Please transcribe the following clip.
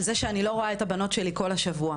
זה שאני לא רואה את הבנות שלי כל השבוע,